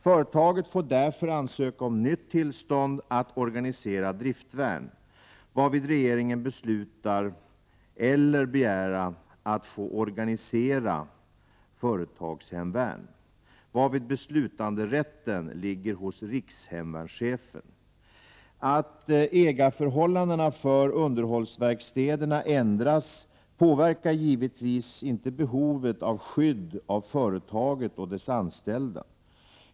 Företaget får därför ansöka om nytt tillstånd att organisera driftvärn, varvid regeringen beslutar, eller begära att få organisera företagshemvärn, varvid beslutanderätten ligger hos rikshemvärnschefen. Att ägarförhållandena för underhållsverkstäderna ändras påverkar givetvis inte behovet av skydd av företaget och dess anställda.